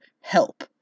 help